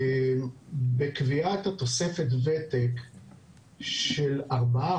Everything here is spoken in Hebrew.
בקביעת תוספת הוותק של 4%,